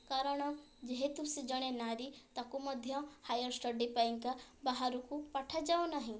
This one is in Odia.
କାରଣ ଯେହେତୁ ସେ ଜଣେ ନାରୀ ତାକୁ ମଧ୍ୟ ହାୟର୍ ଷ୍ଟଡ଼ି ପାଇଁକା ବାହାରକୁ ପଠାଯାଉନାହିଁ